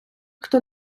хто